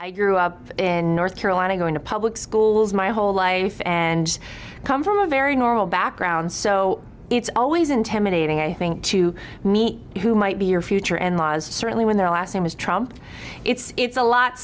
i grew up in north carolina going to public schools my whole life and come from a very normal background so it's always intimidating i think to me who might be your future and was certainly when their last name was trump it's